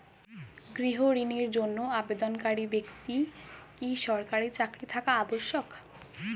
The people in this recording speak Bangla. গৃহ ঋণের জন্য আবেদনকারী ব্যক্তি কি সরকারি চাকরি থাকা আবশ্যক?